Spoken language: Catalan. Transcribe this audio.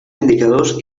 indicadors